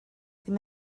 ddim